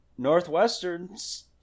Northwesterns